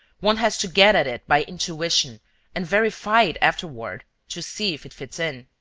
one has to get at it by intuition and verify it afterward to see if it fits in.